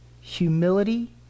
humility